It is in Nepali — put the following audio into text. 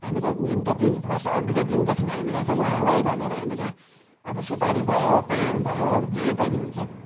हामीले निम्तो दिनुपर्छ अघिल्लै दिनदेखि नै हामीलाई चाहिँ लु आउँ है भनेर हामीले अब सुपारी भयो पान भयो जे पनि हुन्छ